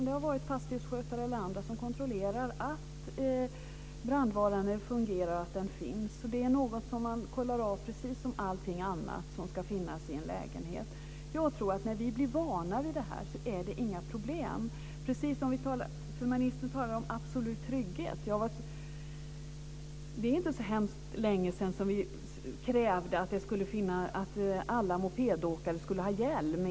Det har varit fastighetsskötare eller andra som kontrollerat att brandvarnaren fungerar och att den finns. Det är något som man kontrollerar precis som allting annat som ska finnas i en lägenhet. När vi blir vana vid detta är det inga problem. Ministern talar om absolut trygghet. Det är inte så hemskt länge sedan som kravet infördes att alla mopedåkare skulle ha hjälp.